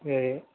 சரி